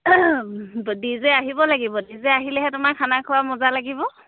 DJ আহিব লাগিব DJ আহিলেহে তোমাৰ খানা খোৱা মজা লাগিব